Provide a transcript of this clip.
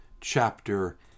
Chapter